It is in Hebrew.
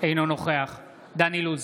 אינו נוכח דן אילוז,